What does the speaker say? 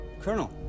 Colonel